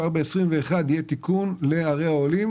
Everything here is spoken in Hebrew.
יש החלטה שחלק מערי העולים